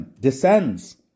descends